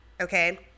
Okay